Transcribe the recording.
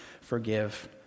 forgive